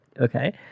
Okay